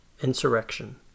insurrection